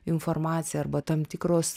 informacija arba tam tikros